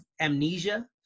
amnesia